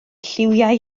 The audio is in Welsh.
lliwiau